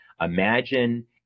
imagine